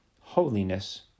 Holiness